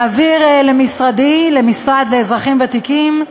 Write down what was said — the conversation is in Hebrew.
וכן להעביר למשרדי, למשרד לאזרחים ותיקים,